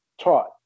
taught